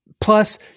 plus